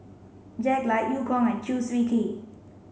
Jack Lai Eu Kong and Chew Swee Kee